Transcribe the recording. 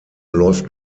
läuft